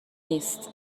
نیست